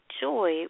joy